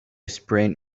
sprained